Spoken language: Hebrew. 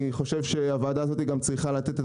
אני חושב שהוועדה הזאת גם צריכה לתת את